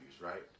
right